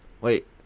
Wait